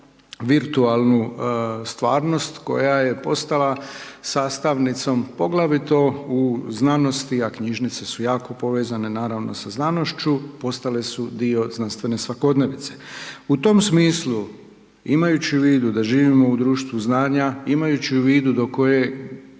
virtualnu stvarnost koje je postala sastavnicom, poglavito u znanosti, a knjižnice su jako povezane, naravno sa znanošću, postale su dio znanstvene svakodnevnice. U tom smislu, imajući u vidu da živimo u društvu znanja, imajući u vidu do koje